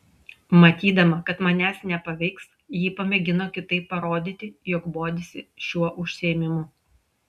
matydama kad manęs nepaveiks ji pamėgino kitaip parodyti jog bodisi šiuo užsiėmimu